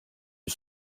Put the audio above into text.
bir